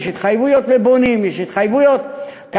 יש התחייבויות לבונים,